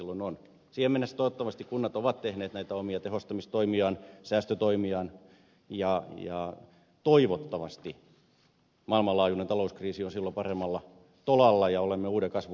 siihen mennessä toivottavasti kunnat ovat tehneet näitä omia tehostamistoimiaan säästötoimiaan ja toivottavasti maailmanlaajuinen talouskriisi on silloin paremmalla tolalla ja olemme uuden kasvun kynnyksellä